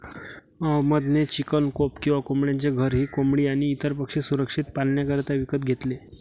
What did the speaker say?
अहमद ने chicken coop किंवा कोंबड्यांचे घर ही कोंबडी आणी इतर पक्षी सुरक्षित पाल्ण्याकरिता विकत घेतले